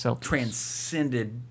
transcended